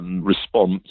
Response